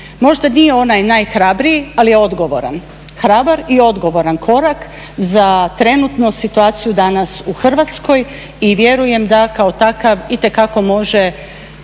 možda nije onaj najhrabriji ali je odgovoran. Hrabar i odgovoran korak za trenutnu situaciju danas u Hrvatskoj i vjerujem da kao takav itekako može